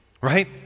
right